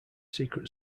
secret